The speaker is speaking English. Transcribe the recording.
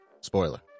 Spoiler